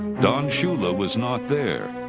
don shula was not there.